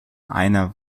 einer